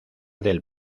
del